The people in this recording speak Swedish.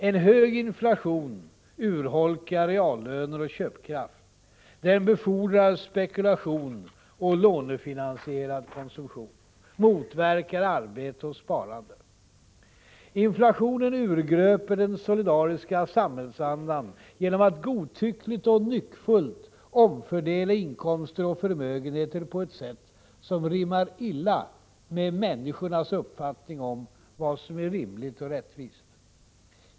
En hög inflation urholkar reallöner och köpkraft, den befordrar spekulation och lånefinansierad konsumtion och motverkar arbete och sparande. Inflationen urgröper den solidariska samhällsandan genom att godtyckligt och nyckfullt omfördela inkomster och förmögenheter på ett sätt som rimmar illa med människornas uppfattning om vad som är rimligt och rättvist.